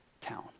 town